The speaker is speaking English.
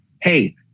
Hey